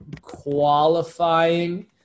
qualifying